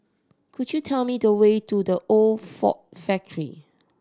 could you tell me the way to The Old Ford Factory